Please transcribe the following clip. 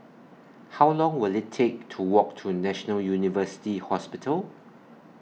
How Long Will IT Take to Walk to National University Hospital